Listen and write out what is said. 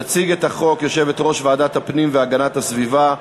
תציג את הצעת החוק יושבת-ראש ועדת הפנים והגנת הסביבה,